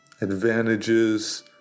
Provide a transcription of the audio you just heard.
advantages